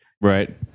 Right